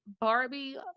Barbie